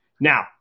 Now